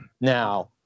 Now